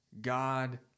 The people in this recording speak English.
God